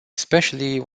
especially